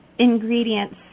Ingredients